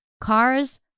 cars